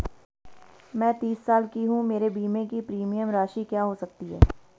मैं तीस साल की हूँ मेरे बीमे की प्रीमियम राशि क्या हो सकती है?